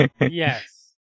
Yes